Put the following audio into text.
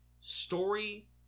story